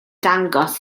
dangos